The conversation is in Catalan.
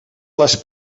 les